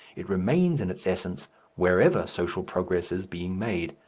it remains in its essence wherever social progress is being made,